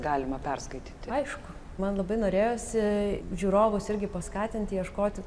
galima perskaityti aišku man labai norėjosi žiūrovus irgi paskatinti ieškoti